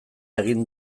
egin